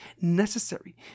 necessary